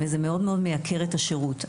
וזה מאד מאד מייקר את השירות.